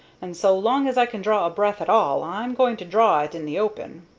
and, so long as i can draw a breath at all, i am going to draw it in the open.